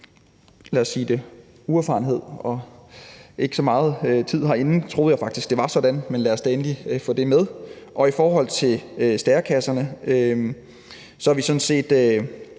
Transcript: uerfarenhed og med ikke så lang tid herinde, at jeg faktisk troede, at det var sådan, men lad os da endelig få det med. I forhold til stærekasserne er vi sådan set